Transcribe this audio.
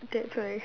that's why